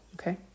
okay